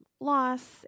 loss